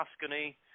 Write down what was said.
Tuscany